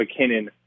McKinnon